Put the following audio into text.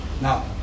Now